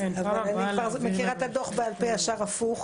אבל אני כבר מכירה את הדו"ח בעל פה ישר והפוך,